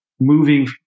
moving